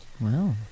wow